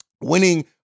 Winning